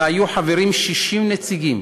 שבה היו חברים 60 נציגים.